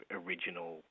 original